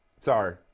Sorry